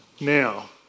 Now